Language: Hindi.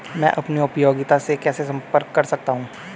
मैं अपनी उपयोगिता से कैसे संपर्क कर सकता हूँ?